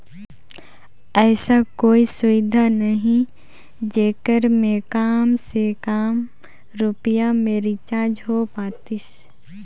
ऐसा कोई सुविधा नहीं जेकर मे काम से काम रुपिया मे रिचार्ज हो पातीस?